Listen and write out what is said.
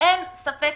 אין ספק,